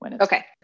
Okay